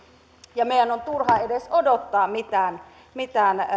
ja meidän on turha edes odottaa mitään mitään